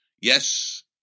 Yes